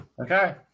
Okay